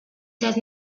that